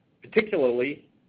particularly